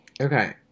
Okay